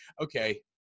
okay